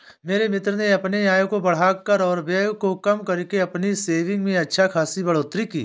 मेरे मित्र ने अपने आय को बढ़ाकर और व्यय को कम करके अपनी सेविंग्स में अच्छा खासी बढ़ोत्तरी की